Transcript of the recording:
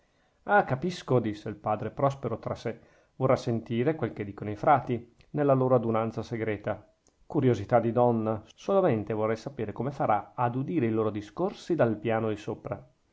ah capisco disse il padre prospero tra sè vorrà sentire quel che dicono i frati nella loro adunanza segreta curiosità di donna solamente vorrei sapere come farà ad udire i loro discorsi dal pian di sopra